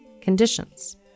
conditions